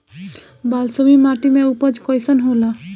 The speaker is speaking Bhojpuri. बालसुमी माटी मे उपज कईसन होला?